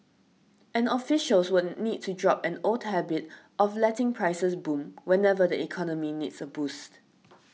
and officials would need to drop an old habit of letting prices boom whenever the economy needs a boost